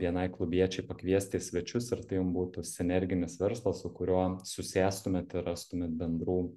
bni klubiečiai pakviesti į svečius ir tai jum būtų sinerginis verslas su kuriuo susėstumėt ir rastumėt bendrų